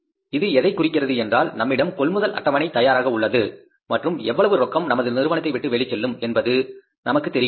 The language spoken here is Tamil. இது எதைக் குறிக்கிறது என்றால் நம்மிடம் கொள்முதல் அட்டவணை தயாராக உள்ளது மற்றும் எவ்வளவு ரொக்கம் நமது நிறுவனத்தை விட்டு வெளிச்செல்லும் என்பது நமக்குத் தெரிகின்றது